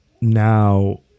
Now